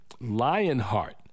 Lionheart